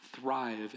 thrive